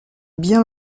bien